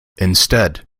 instead